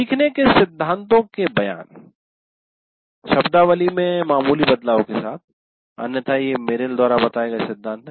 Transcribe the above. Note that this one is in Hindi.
सीखने के सिद्धांतों के बयान शब्दावली में मामूली बदलाव के साथ अन्यथा ये मेरिल द्वारा बताए गए सिद्धांत हैं